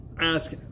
ask